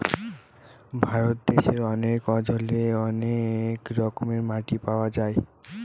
ভারত দেশে অনেক অঞ্চলে অনেক রকমের মাটি পাওয়া যায়